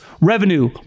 revenue